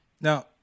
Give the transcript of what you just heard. Now